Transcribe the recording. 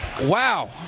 Wow